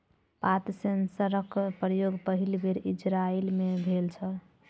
पात सेंसरक प्रयोग पहिल बेर इजरायल मे भेल छल